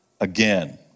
again